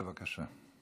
בבקשה.